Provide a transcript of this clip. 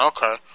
Okay